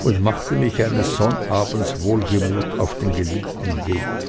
und machte mich eines sonnabends wohlgemut auf die geliebten wege